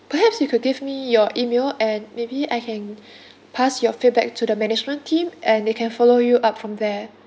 perhaps you could give me your email and maybe I can pass your feedback to the management team and they can follow you up from there